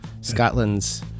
Scotland's